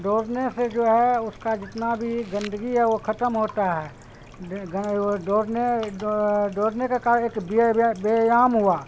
دوڑنے سے جو ہے اس کا جتنا بھی گندگی ہے وہ ختم ہوتا ہے دوڑنے دوڑنے سے کارن ایک بے ویایام ہوا